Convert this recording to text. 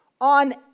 on